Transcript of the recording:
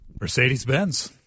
Mercedes-Benz